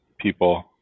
people